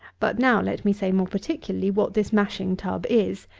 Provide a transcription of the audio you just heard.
but now let me say more particularly what this mashing-tub is.